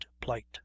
plight